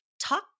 Talk